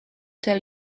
tell